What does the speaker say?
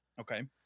Okay